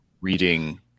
reading